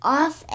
off